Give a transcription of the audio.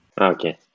Okay